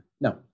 No